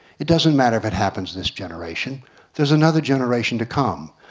it doesn't matter if it happens this generation there's another generation to come.